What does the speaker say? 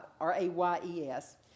R-A-Y-E-S